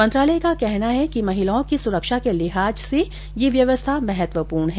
मंत्रालय का कहना है कि महिलाओं की सुरक्षा के लिहाज से यह व्यवस्था महत्वपूर्ण है